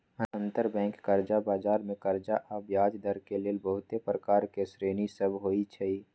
अंतरबैंक कर्जा बजार मे कर्जा आऽ ब्याजदर के लेल बहुते प्रकार के श्रेणि सभ होइ छइ